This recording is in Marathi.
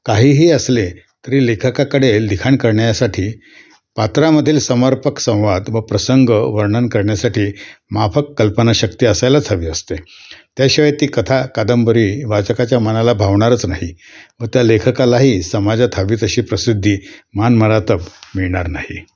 काहीही असले तरी लेखकाकडे लिखाण करण्यासाठी पात्रामधील समर्पक संवाद व प्रसंग वर्णन करण्यासाठी माफक कल्पनाशक्ती असायलाच हवी असते त्याशिवाय ती कथा कादंबरी वाचकाच्या मनाला भावणारच नाही व त्या लेखकालाही समाजात हवी तशी प्रसिद्धी मानमरातब मिळणार नाही